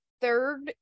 third